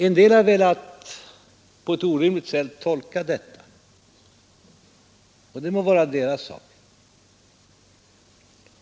En del har velat tolka detta på ett orimligt sätt, men det må vara deras sak.